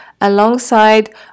alongside